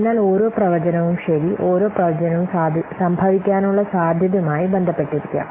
അതിനാൽ ഓരോ പ്രവചനവും ശരി ഓരോ പ്രവചനവും സംഭവിക്കാനുള്ള സാധ്യതയുമായി ബന്ധപ്പെട്ടിരിക്കാം